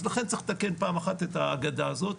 אז לכן צריך לתקן פעם אחת את האגדה הזאת,